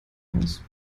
aus